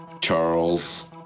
Charles